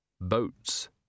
Boats